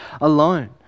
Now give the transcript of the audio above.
alone